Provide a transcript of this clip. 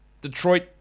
Detroit